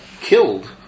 killed